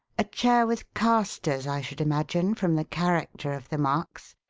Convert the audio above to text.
a chair with casters, i should imagine, from the character of the marks.